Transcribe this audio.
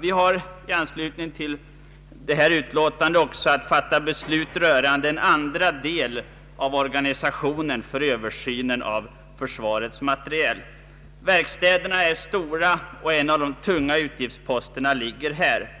Vi har i anslutning till det här utlåtandet också att fatta beslut rörande en andra del av organisationen för översynen av försvarets materiel. Verkstäderna är stora, och en av de tunga utgiftsposterna ligger här.